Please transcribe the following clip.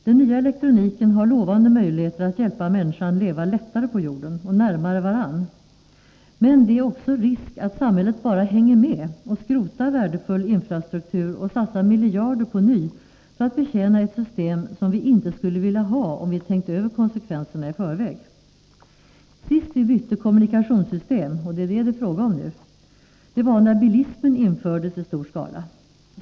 Den nya elektroniken har lovande möjligheter att hjälpa människan leva lättare på jorden och närmare varandra. Men det är också risk för att samhället bara ”hänger med” och skrotar värdefull infrastruktur och satsar miljarder på ny för att betjäna ett system som vi inte skulle vilja ha om vi hade tänkt över konsekvenserna i förväg. Sist vi bytte kommunikationssystem — det är vad det nu är fråga om — var när bilismen infördes i stor skala.